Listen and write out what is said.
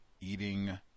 Eating